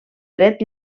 dret